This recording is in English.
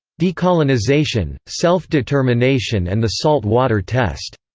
decolonization, self-determination and the salt water test,